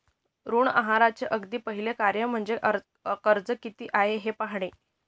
ऋण आहाराचे अगदी पहिले कार्य म्हणजे कर्ज किती आहे हे पाहणे